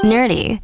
Nerdy